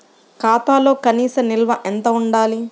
ఖాతాలో కనీస నిల్వ ఎంత ఉండాలి?